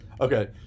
Okay